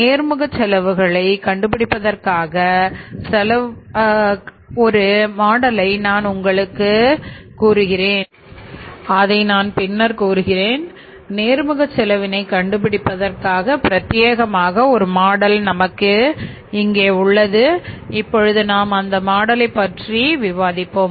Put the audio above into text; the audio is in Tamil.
நேர்முக செலவுகளை கண்டுபிடிப்பதற்காக ஒரு மாடலை நான் உங்களுக்கு பின்னர் கூறுகிறேன் நேர்முக செலவினை கண்டுபிடிப்பதற்காக பிரத்தியேகமாக ஒரு மாடல் நமக்கு இங்கே உள்ளது இப்பொழுது நாம் அந்த மாடலை பற்றி விவாதிப்போம்